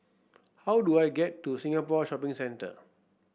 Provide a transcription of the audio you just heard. how do I get to Singapore Shopping Centre